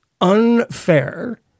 unfair